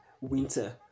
winter